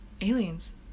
aliens